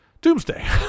doomsday